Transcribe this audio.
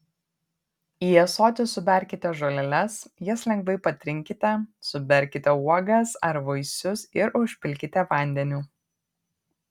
į ąsotį suberkite žoleles jas lengvai patrinkite suberkite uogas ar vaisius ir užpilkite vandeniu